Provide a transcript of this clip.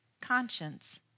conscience